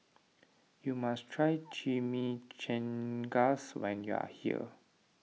you must try Chimichangas when you are here